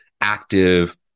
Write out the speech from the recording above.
active